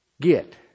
get